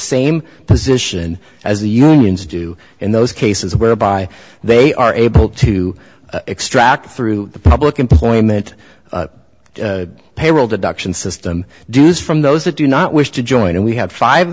same position as the unions do in those cases whereby they are able to extract through the public employment payroll deduction system does from those that do not wish to join and we have five